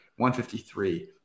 153